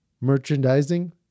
Merchandising